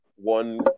One